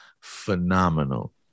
phenomenal